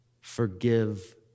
forgive